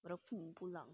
我的父母不让